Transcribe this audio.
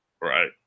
Right